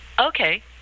Okay